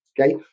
okay